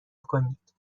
کنید